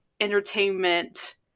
entertainment